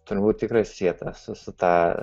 turbūt tikrai susieta su ta